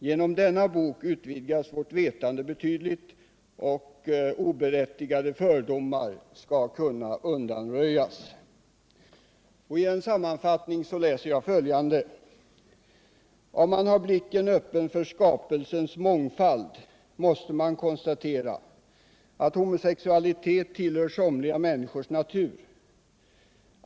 Genom denna bok utvidgas vårt vetande betydligt och oberättigade fördomar kan undanröjas.” I en sammanfattning kan man läsa följande: ”Om man har blicken öppen för skapelsens mångfald, måste man konstatera, att homosexualiteten tillhör somliga människors natur.